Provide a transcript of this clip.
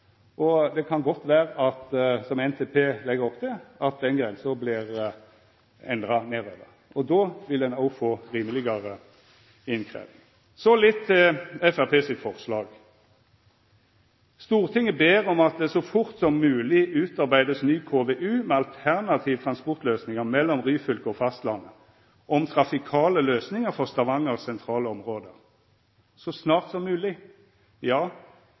tonn. Det kan godt vera, som NTP legg opp til, at den grensa vert endra nedover. Då vil ein òg få rimelegare innkrevjing. Så litt til Framstegspartiets forslag: «Stortinget ber om at det så fort som mulig utarbeides ny KVU med alternative transportløsninger mellom Ryfylke og fastlandet og om trafikale løsninger for Stavangers sentrale områder.» «Så fort som mulig» – ja,